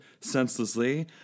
senselessly